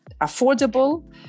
affordable